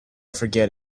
forget